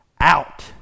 out